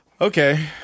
Okay